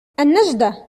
النجدة